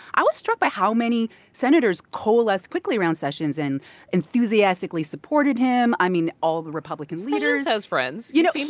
i was struck by how many senators coalesced quickly around sessions and enthusiastically supported him. i mean, all the republican leaders. sessions has friends you know,